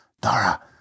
dara